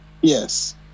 Yes